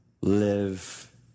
live